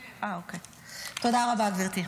גברתי.